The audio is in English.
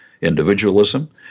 Individualism